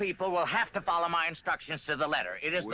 people will have to follow my instructions to the letter it